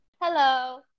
Hello